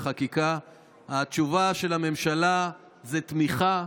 התשובה של הממשלה זה תמיכה,